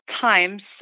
times